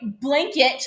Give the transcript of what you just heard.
blanket